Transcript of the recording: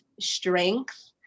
strength